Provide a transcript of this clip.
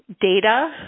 data